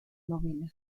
novela